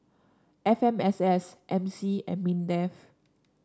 F M S S M C and Mindef